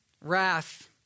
wrath